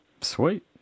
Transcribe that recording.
Sweet